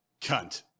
Cunt